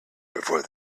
before